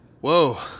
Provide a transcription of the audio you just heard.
Whoa